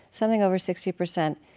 something over sixty percent,